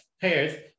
pairs